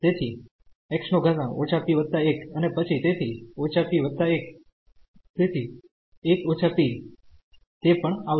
તેથી x p1 અને પછી તેથી - p1 તેથી 1 p તે પણ આવશે